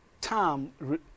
time